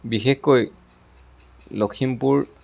বিশেষকৈ লখিমপুৰ